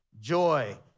joy